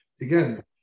again